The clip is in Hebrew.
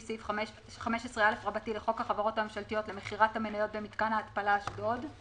סעיף 15א(א) לחוק החברות הממשלתיות למכירת המניות במתקן ההתפלה אשדוד.